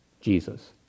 Jesus